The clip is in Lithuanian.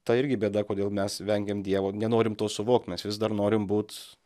ta irgi bėda kodėl mes vengiam dievo nenorim to suvokt mes vis dar norim būt